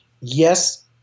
yes